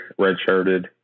redshirted